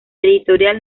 editorial